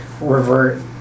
revert